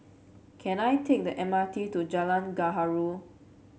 can I take the M R T to Jalan Gaharu